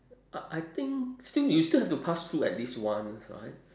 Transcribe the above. I I think still you still have to pass through at least once right